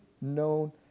known